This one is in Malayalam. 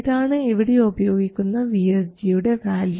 ഇതാണ് ഇവിടെ ഉപയോഗിക്കുന്ന VSG യുടെ വാല്യൂ